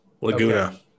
Laguna